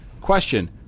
Question